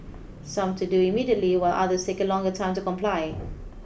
some to do immediately while others take a longer time to comply